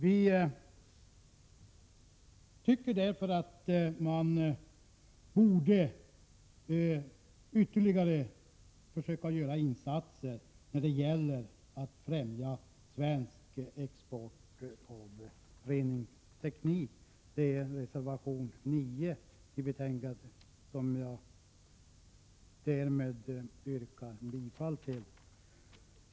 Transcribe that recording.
Vi tycker därför att man borde försöka göra ytterligare insatser för att främja svensk export av reningsteknik. Jag yrkar bifall till reservation 9.